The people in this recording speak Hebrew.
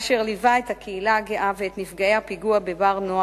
אשר ליווה את הקהילה הגאה ואת נפגעי הפיגוע ב"בר-נוער",